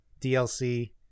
DLC